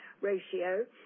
ratio